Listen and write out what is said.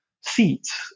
seats